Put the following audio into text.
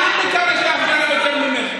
אני מכבד את ההפגנה יותר ממך.